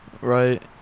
Right